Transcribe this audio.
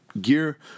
gear